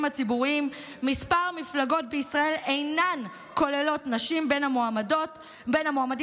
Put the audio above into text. הציבוריים כמה מפלגות בישראל אינן כוללות נשים בין המועמדים